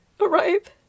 arrive